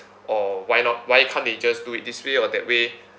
or why not why can't they just do it this way or that way